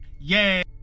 Yay